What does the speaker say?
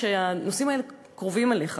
שהנושאים האלה קרובים אליך,